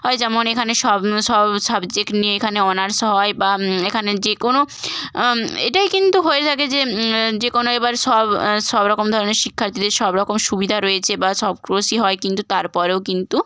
হয় যেমন এখানে সব সব সাবজেক্ট নিয়ে এখানে অনার্সও হয় বা এখানে যে কোনো এটাই কিন্তু হয়ে থাকে যে যে কোনো এবার সব সব রকম ধরনের শিক্ষার্থীদের সব রকম সুবিধা রয়েছে বা সব কোর্সই হয় কিন্তু তার পরেও কিন্তু